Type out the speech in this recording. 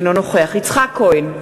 אינו נוכח יצחק כהן,